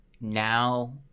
now